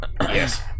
Yes